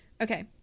Okay